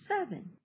Seven